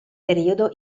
periodo